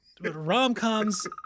Rom-coms